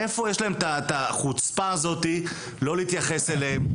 מאיפה יש להם את החוצפה הזאת לא להתייחס אליהם,